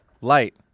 light